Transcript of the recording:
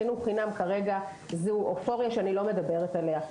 חינוך חינם כרגע זו אופוריה שאני לא מדברת עליה.